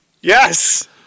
Yes